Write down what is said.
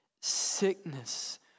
sickness